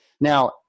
Now